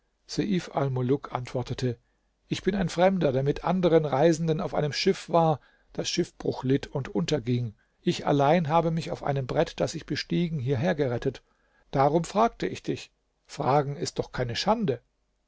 antwortete ich bin ein fremder der mit anderen reisenden auf einem schiff war das schiffbruch litt und unterging ich allein habe mich auf einem brett das ich bestiegen hierher gerettet darum fragte ich dich fragen ist doch keine schande